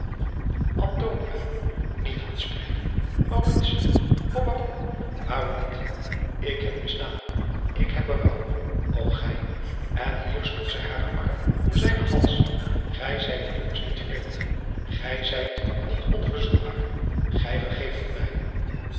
niet van spreken mauritio o waarom waarom niet ik heb misdaan ik heb berouw o gij en hier sloeg zij haren arm om zijnen hals gij zijt immers niet wreed gij zijt niet onverzoenbaar gij vergeeft het mij